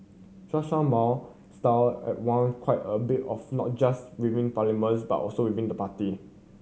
Chen Show Mao style are waned quite a bit of not just within parliaments but also within the party